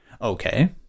Okay